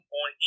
on